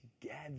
together